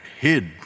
hid